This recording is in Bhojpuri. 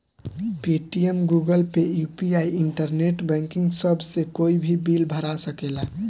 Paytm, Google pay, UPI, internet banking सभ से कोई भी बिल भरा सकेला